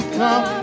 come